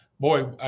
Boy